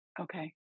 Okay